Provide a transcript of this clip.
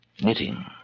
knitting